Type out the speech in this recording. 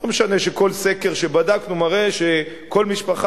לא משנה שכל סקר שבדקנו מראה שכל משפחה